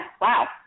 wow